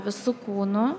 visu kūnu